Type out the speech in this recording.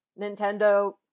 Nintendo